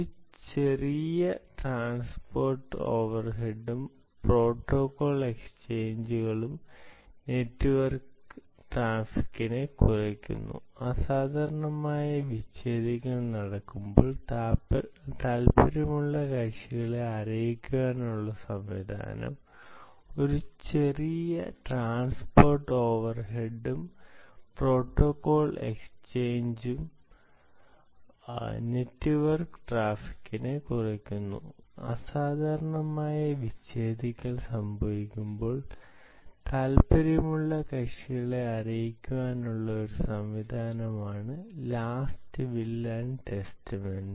ഒരു ചെറിയ ട്രാൻസ്പോർട്ട് ഓവർഹെഡും പ്രോട്ടോക്കോൾ എക്സ്ചേഞ്ചുകളും നെറ്റ്വർക്ക് ട്രാഫിക്കിനെ കുറയ്ക്കുന്നു അസാധാരണമായ വിച്ഛേദിക്കൽ നടക്കുമ്പോൾ താൽപ്പര്യമുള്ള കക്ഷികളെ അറിയിക്കാനുള്ള സംവിധാനം ഒരു ചെറിയ ട്രാൻസ്പോർട്ട് ഓവർഹെഡും പ്രോട്ടോക്കോൾ എക്സ്ചേഞ്ചുകളും നെറ്റ്വർക്ക് ട്രാഫിക്കിനെ കുറയ്ക്കുന്നു അസാധാരണമായ വിച്ഛേദിക്കൽ സംഭവിക്കുമ്പോൾ താൽപ്പര്യമുള്ള കക്ഷികളെ അറിയിക്കാനുള്ള ഒരു സംവിധാനമാണ് ലാസ്റ്റ് വിൽ ആൻഡ് ടെസ്റ്റമെന്റ്